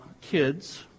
kids